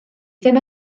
ddim